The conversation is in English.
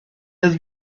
has